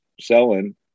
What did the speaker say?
selling